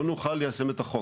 לא נוכל ליישם את החוק.